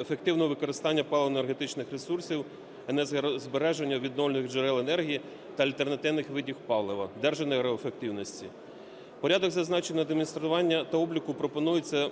ефективного використання паливно-енергетичних ресурсів і енергозбереженню відновлювальних джерел енергії та альтернативних видів палива, Держенергоефективності. Порядок зазначеного адміністрування та обліку пропонується